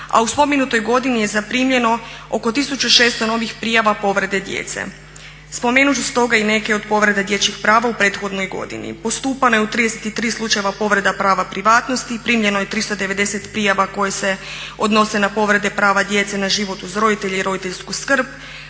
a u spomenutoj godini je zaprimljeno oko 1.600 novih prijava povrede djece. Spomenut ću stoga i neke od povreda dječjih prava u prethodnoj godini. Postupano je u 33 slučajeva povreda prava privatnosti, primljeno je 390 prijava koje se odnose na povrede prava djece na život uz roditelje i roditeljsku skrb,